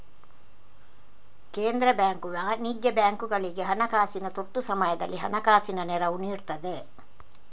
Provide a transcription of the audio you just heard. ಕೇಂದ್ರ ಬ್ಯಾಂಕು ವಾಣಿಜ್ಯ ಬ್ಯಾಂಕುಗಳಿಗೆ ಹಣಕಾಸಿನ ತುರ್ತು ಸಮಯದಲ್ಲಿ ಹಣಕಾಸಿನ ನೆರವು ನೀಡ್ತದೆ